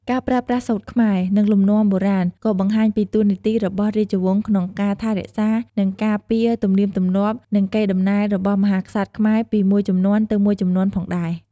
ការប្រើប្រាស់សូត្រខ្មែរ និងលំនាំបុរាណក៏បង្ហាញពីតួនាទីរបស់រាជវង្សក្នុងការថែរក្សា និងការពារទំនៀមទម្លាប់ និង កេរតំណែលរបស់មហាក្សត្រខ្មែរពីមួយជំនាន់ទៅមួយជំនាន់ផងដែរ។